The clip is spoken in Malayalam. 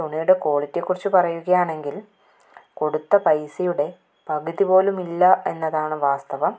തുണിയുടെ ക്വാളിറ്റിയെ കുറിച്ച് പറയുകയാണെങ്കില് കൊടുത്ത പൈസയുടെ പകുതി പോലും ഇല്ല എന്നതാണ് വാസ്തവം